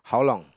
how long